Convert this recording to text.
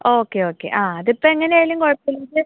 okay okay ആ അത് ഇപ്പം എങ്ങനെ ആയാലും കുഴപ്പമില്ല